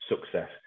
success